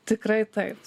tikrai taip